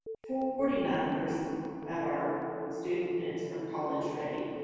forty nine percent of our students are college ready.